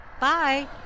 Bye